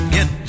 Get